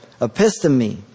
Episteme